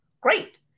great